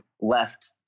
left